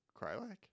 Krylak